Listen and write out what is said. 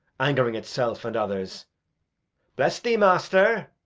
ang'ring itself and others bless thee, master!